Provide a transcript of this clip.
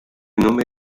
nome